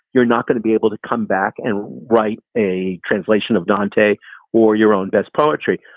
you're not going to be able to come back and write a translation of dante or your own best poetry.